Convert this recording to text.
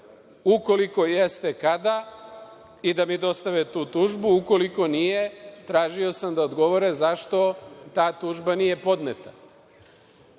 Ukoliko jeste - kada, i da mi dostave tu tužbu. Ukoliko nije, tražio sam da odgovore zašto ta tužba nije podneta. Vi